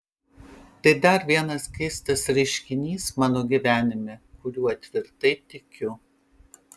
tai dar vienas keistas reiškinys mano gyvenime kuriuo tvirtai tikiu